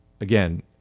Again